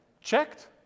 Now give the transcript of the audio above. checked